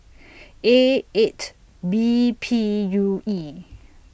A eight B P U E